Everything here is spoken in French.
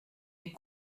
est